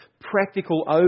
practical